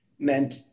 meant